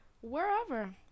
Wherever